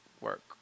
work